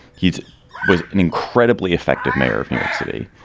he was an incredibly effective mayor of new york city.